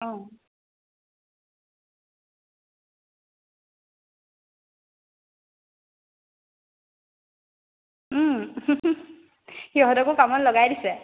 অঁ সিহঁতকো কামত লগাই দিছে